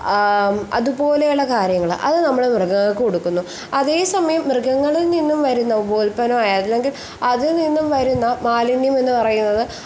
അതുപോലെയുള്ള കാര്യങ്ങൾ അത് നമ്മൾ മൃഗങ്ങൾക്ക് കൊടുക്കുന്നു അതേസമയം മൃഗങ്ങളിൽ നിന്നും വരുന്ന ഉപ ഉൽപ്പന്ന അല്ലെങ്കിൽ അതിൽ നിന്നും വരുന്ന മാലിന്യം എന്നുപറയുന്നത്